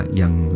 yang